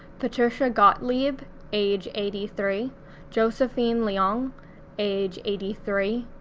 patricia gottlieb age eighty three josephine leong age eighty three,